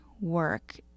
work